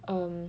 um